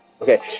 Okay